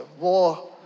war